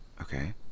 Okay